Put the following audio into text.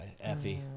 Effie